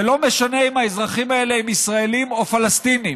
ולא משנה אם האזרחים האלה הם ישראלים או פלסטינים.